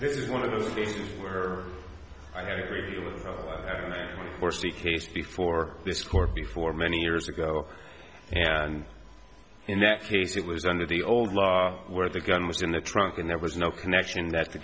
this is one of those or you foresee case before this court before many years ago and in that case it was under the old law where the gun was in the trunk and there was no connection that the